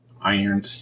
iron